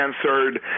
answered